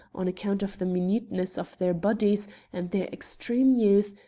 on account of the minuteness of their bodies and their extreme youth,